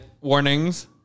warnings